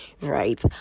right